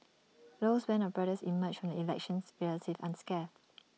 Low's Band of brothers emerged from the elections relatively unscathed